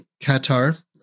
Qatar